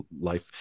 life